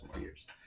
years